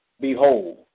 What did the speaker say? Behold